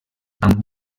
amb